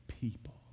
people